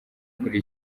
kuri